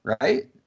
right